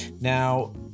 Now